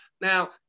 Now